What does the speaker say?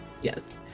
Yes